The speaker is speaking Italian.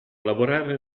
lavorare